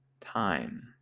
time